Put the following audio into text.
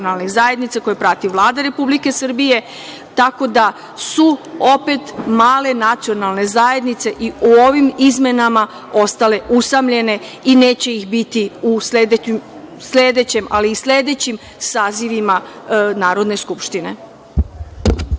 koji prati Vlada Republike Srbije, tako da su opet male nacionalne zajednice i u ovim izmenama ostale usamljene i neće ih biti u sledećem, ali i sledećim sazivima Narodne skupštine.